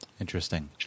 Interesting